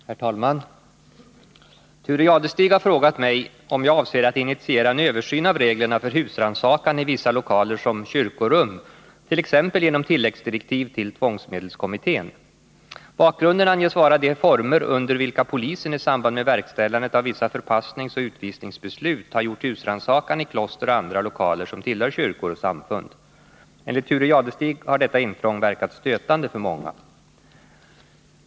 Herr talman! Thure Jadestig har frågat mig om jag avser att initiera en översyn av reglerna för husrannsakan i vissa lokaler som kyrkorum, t.ex. genom tilläggsdirektiv till tvångsmedelskommittén. Bakgrunden anges vara de former under vilka polisen i samband med verkställandet av vissa förpassningsoch utvisningsbeslut har gjort husrannsakan i kloster och andra lokaler som tillhör kyrkor och samfund. Enligt Thure Jadestig har detta intrång verkat stötande för många.